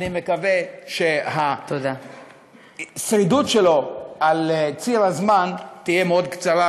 אני מקווה שהשרידות שלו על ציר הזמן תהיה מאוד קצרה.